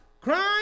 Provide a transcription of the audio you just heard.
crime